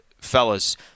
fellas